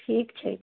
ठीक छै